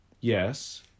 Yes